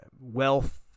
wealth